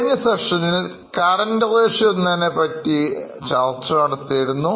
കഴിഞ്ഞ സെക്ഷനിൽ Current ratio എന്നതിനെ പറ്റി ചർച്ച നടത്തിയിരുന്നു